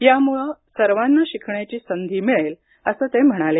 यामुळे सर्वांना शिकण्याची संधी मिळेल असं ते म्हणाले